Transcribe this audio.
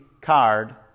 card